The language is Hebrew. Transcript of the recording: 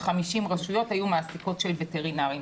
כ-50 רשויות היו מעסיקות של וטרינרים.